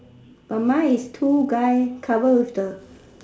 but mine is two guy cover with the